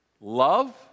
Love